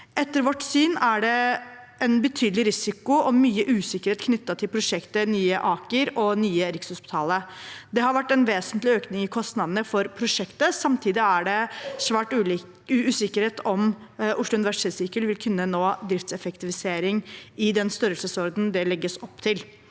«Etter vårt syn er det en betydelig risiko og mye usikkerhet knyttet prosjektet Nye Aker og Nye Rikshospitalet. Det har vært en vesentlig økning i kostnadene for prosjektet, samtidig er det svært usikkert om OUS vil kunne nå driftseffektivisering i den størrelsesorden det legges opp til.